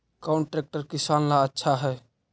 कौन ट्रैक्टर किसान ला आछा है?